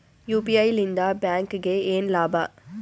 UPI ಲಿಂದ ಬ್ಯಾಂಕ್ಗೆ ಏನ್ ಲಾಭ?